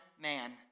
man